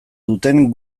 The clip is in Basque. duten